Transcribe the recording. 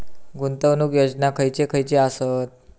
गुंतवणूक योजना खयचे खयचे आसत?